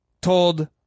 told